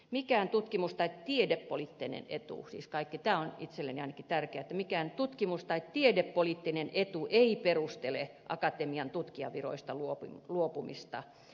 mikään tutkimus tai tiedepoliittinen etu tämä on itselleni ainakin tärkeää että mikään tutkimus tai tiedepoliittinen etu ei perustele akatemiatutkijanviroista luopumista